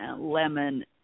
lemon